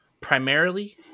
primarily